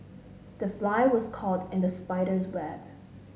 the fly was caught in the spider's web